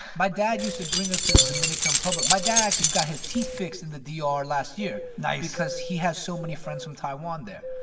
my dad used to bring us to the dominican republic. my dad actually got his teeth fixed in the d r. last year. nice. because he has so many friends from taiwan there,